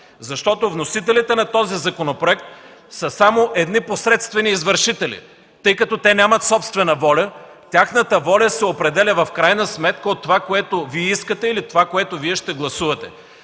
защото вносителите на този законопроект са само едни посредствени извършители, тъй като те нямат собствена воля. Тяхната воля се определя в крайна сметка от това, което Вие искате, или от това, което Вие ще гласувате.